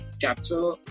capture